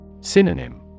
Synonym